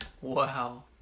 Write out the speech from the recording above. Wow